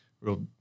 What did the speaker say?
real